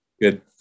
good